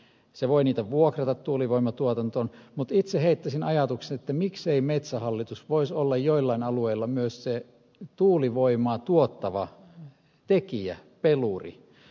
se voi niitä vuokrata tuulivoimatuotantoon mutta itse heittäisin ajatuksen miksei metsähallitus voisi olla joillain alueilla myös se tuulivoimaa tuottava tekijä peluri